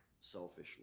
selfishly